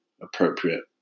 appropriate